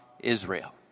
Israel